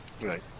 Right